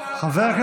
חבר הכנסת ארבל.